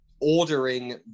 ordering